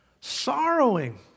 Sorrowing